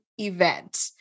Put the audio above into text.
event